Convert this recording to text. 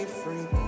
free